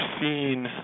seen